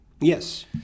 Yes